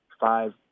five